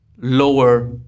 lower